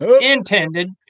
intended